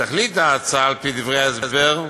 תכלית ההצעה, על-פי דברי ההסבר,